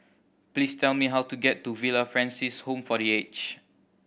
please tell me how to get to Villa Francis Home for The Aged